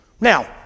Now